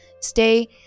stay